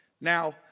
Now